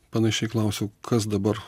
panašiai klausiau kas dabar